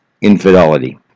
infidelity